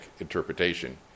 interpretation